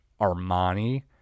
Armani